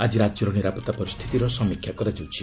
ଆଜି ରାଜ୍ୟର ନିରାପତ୍ତା ପରିସ୍ଥିତିର ସମୀକ୍ଷା କରାଯାଉଛି